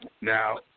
Now